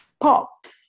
pops